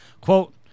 Quote